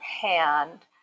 hand